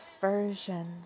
version